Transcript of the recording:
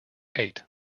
eight